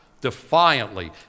defiantly